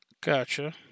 Gotcha